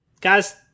guys